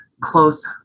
close